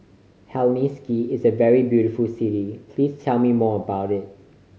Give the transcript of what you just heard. Helsinki is a very beautiful city please tell me more about it